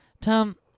Tom